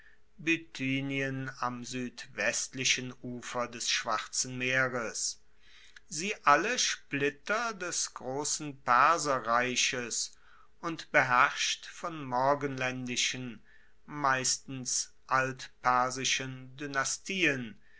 bithynien am suedwestlichen ufer des schwarzen meeres sie alle splitter des grossen perserreiches und beherrscht von morgenlaendischen meistens altpersischen